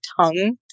tongue